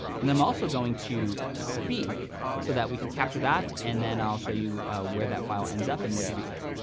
and i'm also going to speak so that we can capture that, and then i'll show you where that file ends up and what to do with it.